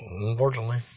unfortunately